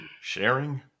Sharing